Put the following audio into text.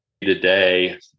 today